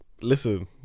Listen